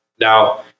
now